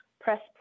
press